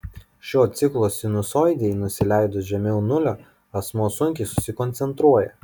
šio ciklo sinusoidei nusileidus žemiau nulio asmuo sunkiai susikoncentruoja